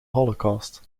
holocaust